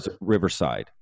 Riverside